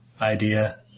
idea